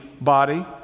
body